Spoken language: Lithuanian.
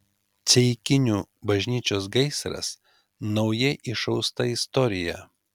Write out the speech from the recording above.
ceikinių bažnyčios gaisras naujai išausta istorija